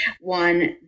one